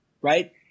Right